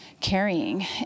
Carrying